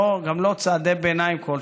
גם לא צעדי ביניים כלשהם.